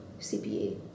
cpa